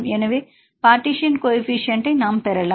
எனவே partition coefficient நாம் பெறலாம்